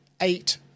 eight